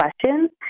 questions